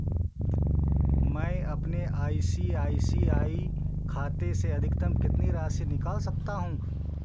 मैं अपने I C I C I खाते से अधिकतम कितनी राशि निकाल सकता हूँ